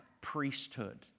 priesthood